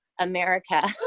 America